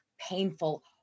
painful